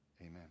Amen